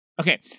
okay